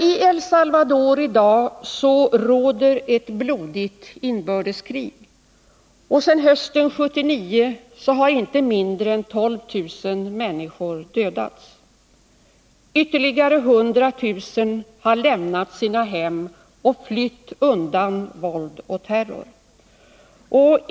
I El Salvador råder i dag ett blodigt inbördeskrig. Sedan hösten 1979 har inte mindre än 12 000 människor dödats. Ytterligare 100 000 har lämnat sina hem och flytt undan våld och terror.